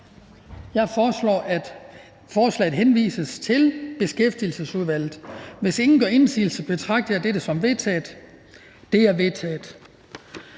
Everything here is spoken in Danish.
til folketingsbeslutning henvises til Beskæftigelsesudvalget. Hvis ingen gør indsigelse, betragter jeg dette som vedtaget. Det er vedtaget.